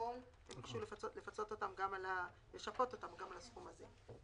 שאתמול ביקש לשפות אותו גם על הסכום הזה.